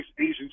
Asian